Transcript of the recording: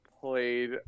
played